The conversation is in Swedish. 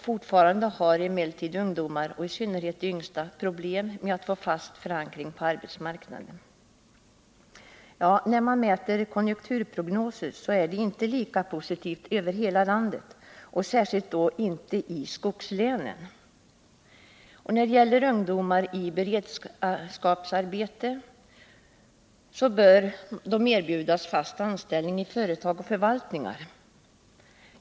Fortfarande har emellertid ungdomarna och i synnerhet de yngsta problem med att få en fast förankring på arbetsmarknaden.” När man granskar konjunkturprognoserna, finner man att de inte är lika positiva över hela landet och särskilt då inte i skogslänen. Ungdomar i beredskapsarbete bör erbjudas fast anställning i företag och förvaltningar.